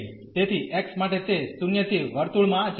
તેથી x માટે તે 0 થી વર્તુળમાં જાય છે